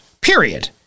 period